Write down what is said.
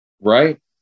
Right